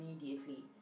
immediately